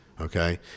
okay